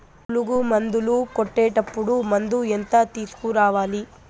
పులుగు మందులు కొట్టేటప్పుడు మందు ఎంత తీసుకురావాలి?